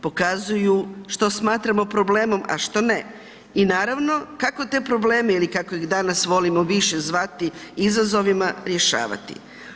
Pokazuju što smatramo problemom a što ne i naravno, kako te problem ili kako ih danas volimo više zvati izazovima, rješavati.